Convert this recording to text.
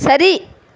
சரி